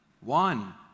one